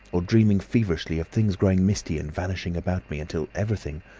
or dreaming feverishly of things growing misty and vanishing about me, until everything,